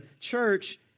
church